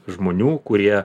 žmonių kurie